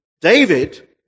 David